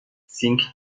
سینک